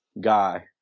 guy